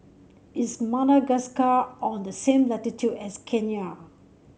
is Madagascar on the same latitude as Kenya